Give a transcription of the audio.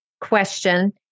question